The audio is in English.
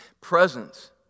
Presence